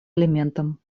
элементам